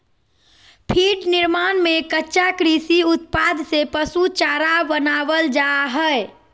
feed निर्माण में कच्चा कृषि उत्पाद से पशु चारा बनावल जा हइ